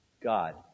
God